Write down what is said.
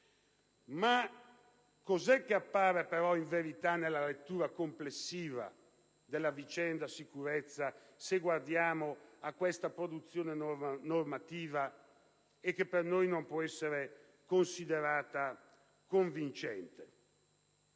Cos'è che, nella lettura complessiva della vicenda sicurezza, se guardiamo a questa produzione normativa, per noi non può essere considerato convincente?